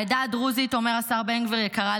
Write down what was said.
העדה הדרוזית, אומר השר בן גביר, יקרה לליבי,